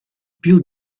più